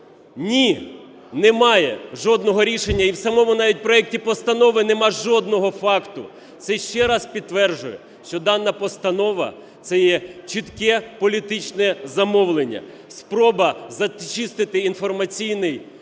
Ні! Немає жодного рішення і в самому навіть проекті Постанови нема жодного факту. Це ще раз підтверджує, що дана постанова – це є чітке політичне замовлення, спроба зачистити інформаційний